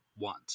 want